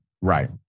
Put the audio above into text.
Right